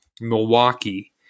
milwaukee